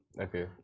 Okay